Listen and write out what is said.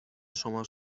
شما